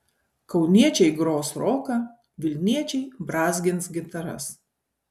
kauniečiai gros roką vilniečiai brązgins gitaras